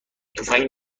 تفنگ